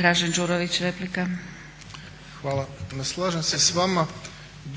Dražen (HDSSB)** Hvala. Ne slažem se s vama,